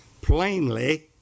plainly